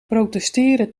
protesteren